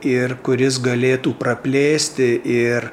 ir kuris galėtų praplėsti ir